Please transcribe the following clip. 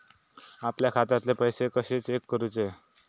आपल्या खात्यातले पैसे कशे चेक करुचे?